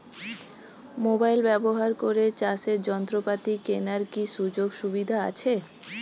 Mobile ব্যবহার করে চাষের যন্ত্রপাতি কেনার কি সুযোগ সুবিধা আছে?